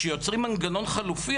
שיוצרים מנגנון חלופי,